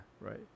Right